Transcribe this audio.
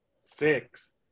six